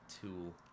Tool